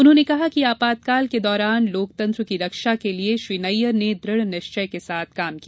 उन्होंने कहा कि आपातकाल के दौरान लोकतंत्र की रक्षा के लिए श्री नैय्यर ने दृढ़ निश्चय के साथ काम किया